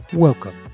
Welcome